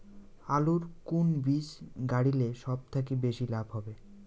আলুর কুন বীজ গারিলে সব থাকি বেশি লাভ হবে?